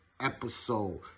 episode